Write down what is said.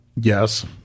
Yes